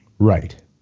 Right